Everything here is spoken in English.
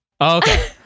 okay